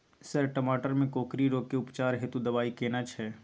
Sir टमाटर में कोकरि रोग के उपचार हेतु दवाई केना छैय?